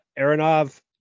Aronov